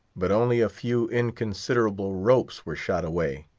but only a few inconsiderable ropes were shot away.